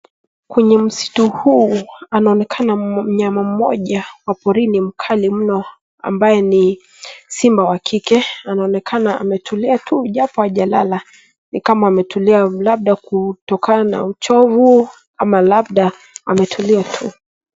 Kwenye msitu huu anaonekana mnyama mmoja wa porini mkali mno ambaye ni simba wa kike anaonekana ametulia tu japo hajalala. Ni kama ametulia labda kutokana na uchovu ama labda ametulia tu.